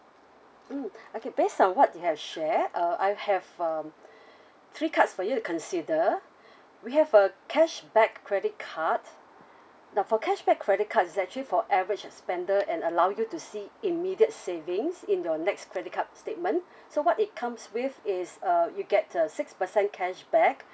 mm okay based on what you have share uh I have um three cards for you to consider we have a cashback credit card now for cashback credit card is actually for average spender and allow you to see immediate savings in your next credit card statement so what it comes with is uh you get a six percent cashback